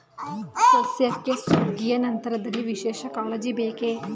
ಸಸ್ಯಕ್ಕೆ ಸುಗ್ಗಿಯ ನಂತರದಲ್ಲಿ ವಿಶೇಷ ಕಾಳಜಿ ಬೇಕೇ?